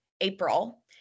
April